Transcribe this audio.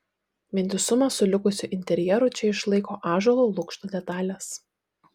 vientisumą su likusiu interjeru čia išlaiko ąžuolo lukšto detalės